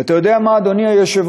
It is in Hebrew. ואתה יודע מה, אדוני היושב-ראש?